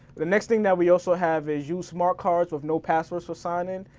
the next thing that we also have is use smart cards with no passwords for sign in.